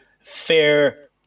fair